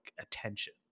attention